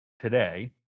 today